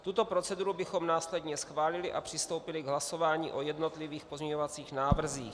Tuto proceduru bychom následně schválili a přistoupili k hlasování o jednotlivých pozměňovacích návrzích.